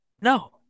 No